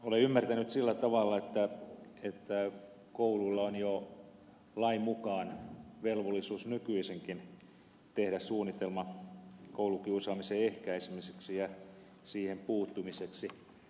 olen ymmärtänyt sillä tavalla että kouluilla on jo lain mukaan velvollisuus nykyisinkin tehdä suunnitelma koulukiusaamisen ehkäisemiseksi ja siihen puuttumiseksi